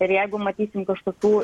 ir jeigu matysim kažkokių